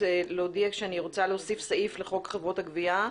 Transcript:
להודיע שאני רוצה להוסיף סעיף לחוק חברות הגבייה,